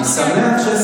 סליחה, אדוני.